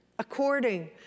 according